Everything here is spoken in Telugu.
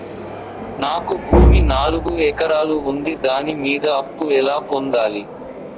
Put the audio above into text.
నాకు భూమి నాలుగు ఎకరాలు ఉంది దాని మీద అప్పు ఎలా పొందాలి?